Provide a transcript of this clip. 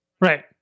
Right